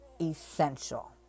essential